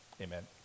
Amen